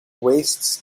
wastes